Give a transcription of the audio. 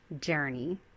journey